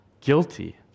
guilty